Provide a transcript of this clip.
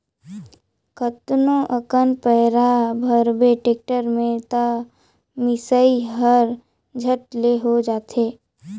कतनो अकन पैरा भरबे टेक्टर में त मिसई हर झट ले हो जाथे